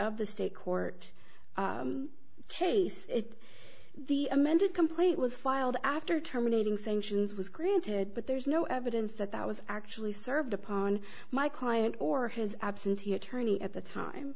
of the state court case it the amended complaint was filed after terminating sanctions was granted but there's no evidence that that was actually served upon my client or his absentee attorney at the time